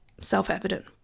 self-evident